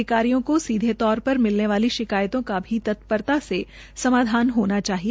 अधिकारियों को सीधे तौर पर मिलने वाली शिकायतों का भी तत्परता से समाधान होना चाहिए